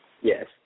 Yes